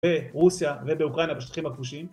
ברוסיה ובאוקראינה בשטחים הכבושים